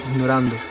ignorando